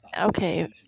Okay